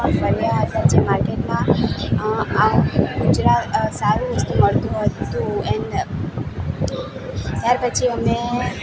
ફર્યા હતા જે માર્કેટમાં અ આ સારી વસ્તુ મળતું હતું એન્ડ ત્યારપછી અમે